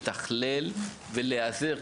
לתכלל וגם להיעזר,